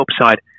upside